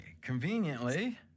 Conveniently